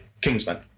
Kingsman